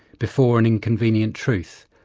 before an inconvenient truth,